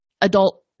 adult